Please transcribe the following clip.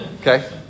Okay